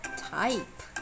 type